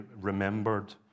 remembered